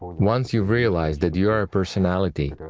once you realized that you are a personality,